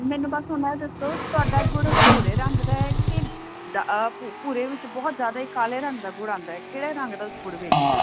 ਮੈਨੂੰ ਬਸ ਹੁਣ ਐਹ ਦੱਸੋ ਤੁਹਾਡਾ ਗੁੜ ਭੂਰੇ ਰੰਗ ਦਾ ਕਿ ਭੂਰੇ ਵਿੱਚ ਬਹੁਤ ਜਿਆਦਾ ਕਾਲੇ ਰੰਗ ਦਾ ਗੁੜ ਆਉਂਦਾ ਕਿਹੜਾ ਰੰਗ ਦਾ ਤੁਸੀਂ ਗੁੜ ਵੇਚਦੇ ਓ